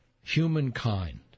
humankind